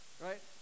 right